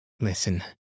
Listen